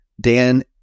Dan